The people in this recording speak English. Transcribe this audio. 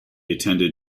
attended